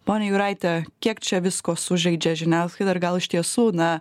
ponia jūraite kiek čia visko sužaidžia žiniasklaida ir gal iš tiesų na